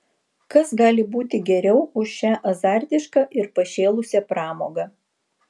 kas gali būti geriau už šią azartišką ir pašėlusią pramogą